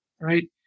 right